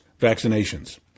vaccinations